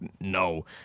No